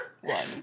one